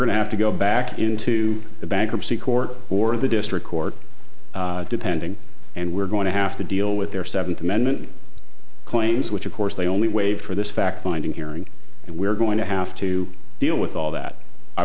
to have to go back into the bankruptcy court or the district court depending and we're going to have to deal with their seventh amendment claims which of course they only waived for this fact finding hearing and we're going to have to deal with all that i